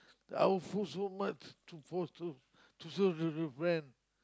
our food to much to post to to serve to new friends